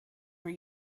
were